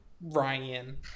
Ryan